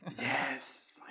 Yes